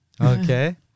Okay